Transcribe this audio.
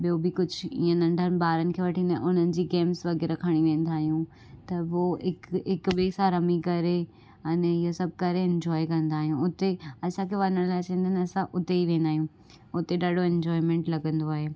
ॿियो बि कुझु ईअं नंढनि ॿारनि खे वठी वेंदा आहियूं उन्हनि जी गेम्स वग़ैरह खणी वेंदा आहियूं त पोइ हिकु हिकु ॿिए सां रमी करे अने इहे सभु करे इंजोय कंदा आहियूं उते असांखे वञण लाइ चवंदा आहिनि असां उते ई वेंदा आहियूं उते ॾाढो इंजोयमेंट लॻंदो आहे